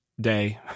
day